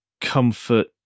comfort